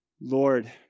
Lord